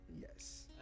Yes